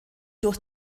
durch